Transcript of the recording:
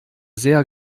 sehr